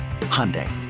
Hyundai